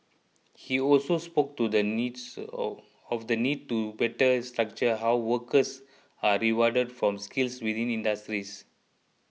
he also spoke to the needs of the need to better structure how workers are rewarded from skills within industries